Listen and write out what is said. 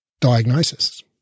diagnosis